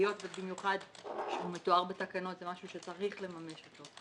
והיות ובמיוחד שהוא מתואר בתקנות זה משהו שצריך לממש אותו,